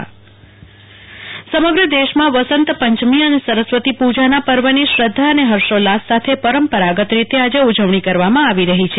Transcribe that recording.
કલ્પના શાહ વસત પંચમી સમગ્ર દેશમાં વસંત પંચમી અને સરસ્વતી પૂજાના પર્વની શ્રધ્ધા અને હર્ષોલ્લાસ સાથે પરંપરા ગત રીતે આજે ઉજવણો કરવામા આવી રહ્ય છે